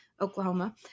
Oklahoma